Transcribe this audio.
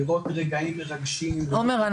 לראות רגעים מרגשים -- עומר,